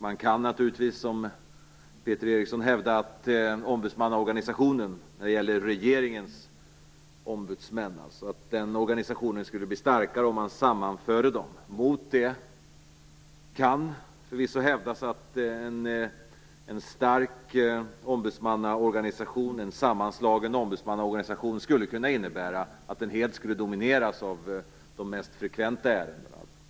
Man kan - som Peter Eriksson gör - hävda att regeringens ombudsmannaorganisation skulle bli starkare om man sammanförde de olika ombudsmännen. Mot detta kan anföras att en sammanslagen ombudsmannaorganisation skulle kunna innebära att den helt skulle domineras av de mest frekventa ärendena.